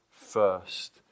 First